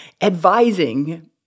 advising